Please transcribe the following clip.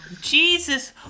Jesus